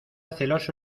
celoso